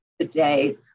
today